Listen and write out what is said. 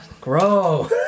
Grow